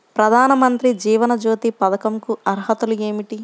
ప్రధాన మంత్రి జీవన జ్యోతి పథకంకు అర్హతలు ఏమిటి?